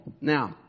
Now